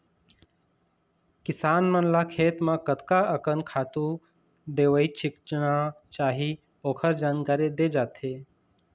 किसान मन ल खेत म कतका अकन खातू, दवई छिचना चाही ओखर जानकारी दे जाथे